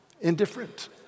indifferent